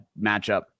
matchup